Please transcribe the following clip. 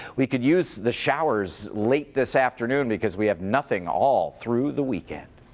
we could use the showers late this afternoon because we have nothing all through the weeken